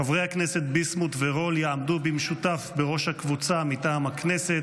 חברי הכנסת ביסמוט ורול יעמדו במשותף בראש הקבוצה מטעם הכנסת.